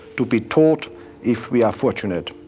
to be taught if we are fortunate.